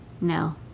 No